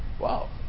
Wow